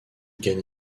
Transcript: gagne